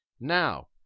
Now